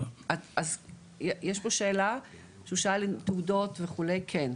יש פה שאלה שהוא שאל עם תעודות וכו' כן.